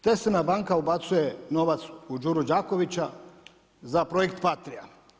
Teslina banka ubacuje novac u Đuru Đakovića za projekt Patria.